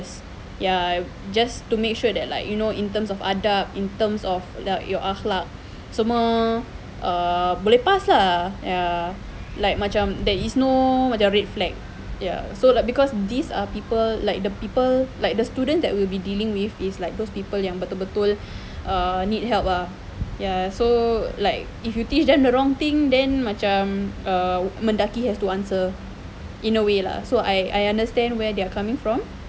ya just to make sure that like you know in terms of adab in terms of your akhlak semua uh boleh pass lah ya like macam there is no macam red flag ya so like because these are people like the people like the student that we will be dealing with is like those people yang betul betul need help ah ya so like if you teach them the wrong thing then macam err Mendaki has to answer in a way lah so I I understand where they are coming from